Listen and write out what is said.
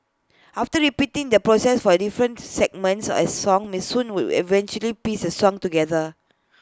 after repeating this process for the different segments of A song miss soon would eventually piece the song together